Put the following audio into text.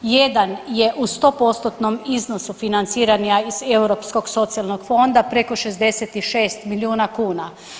Jedan je u 100%-tnom iznosu financiranja iz Europskog socijalnog fonda, preko 66 milijuna kuna.